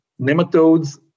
nematodes